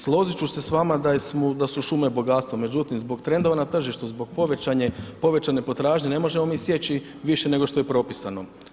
Složit ću se s vama da su šume bogatstvo, međutim zbog trendova na tržištu zbog povećane potražnje ne možemo mi sjeći više nego što je propisano.